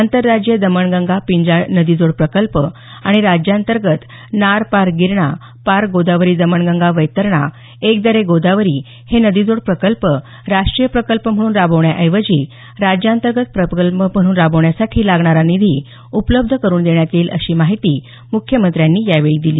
आंतरराज्यीय दमणगंगा पिंजाळ नदीजोड प्रकल्प आणि राज्यांतर्गत नार पार गिरणा पार गोदावरी दमणगंगा वैतरणा एकदरे गोदावरी हे नदीजोड प्रकल्प राष्ट्रीय प्रकल्प म्हणून राबवण्याऐवजी राज्यांतर्गत प्रकल्प म्हणून राबवण्यासाठी लागणारा निधी उपलब्ध करुन देण्यात येईल अशी माहिती मुख्यमंत्र्यांनी यावेळी दिली